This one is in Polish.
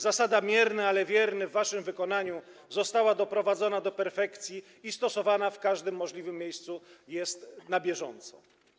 Zasada: mierny, ale wierny w waszym wykonaniu została doprowadzona do perfekcji i jest stosowana w każdym możliwym miejscu na bieżąco.